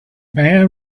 man